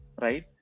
right